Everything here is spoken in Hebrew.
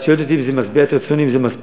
את שואלת אותי אם זה משביע את רצוני ואם זה מספיק,